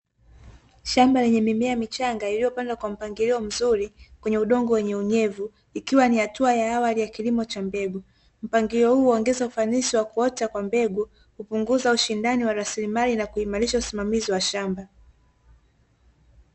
Shamba lenye mimea michanga iliyopandwa kwa mpangilio mzuri, kwenye udongo wenye unyevu, ikiwa ni hatua ya awali ya kilimo cha mbegu. Mpangilio huu huongeza ufanisi wa kuota kwa mbegu, kupunguza ushindani wa rasilimali na kuimarisha usimamizi wa shamba.